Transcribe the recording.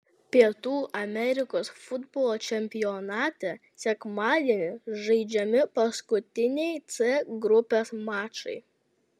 pietų amerikos futbolo čempionate sekmadienį žaidžiami paskutiniai c grupės mačai